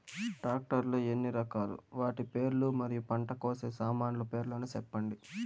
Tractor లు ఎన్ని రకాలు? వాటి పేర్లు మరియు పంట కోసే సామాన్లు పేర్లను సెప్పండి?